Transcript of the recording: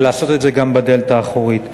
ולעשות את זה גם בדלת האחורית.